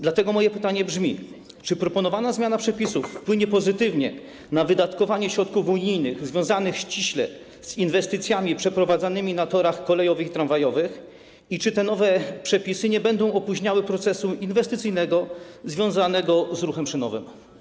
Dlatego moje pytanie brzmi: Czy proponowana zmiana przepisów wpłynie pozytywnie na wydatkowanie środków unijnych związanych ściśle z inwestycjami przeprowadzanymi na torach kolejowych i tramwajowych i czy te nowe przepisy nie będą opóźniały procesu inwestycyjnego związanego z ruchem szynowym?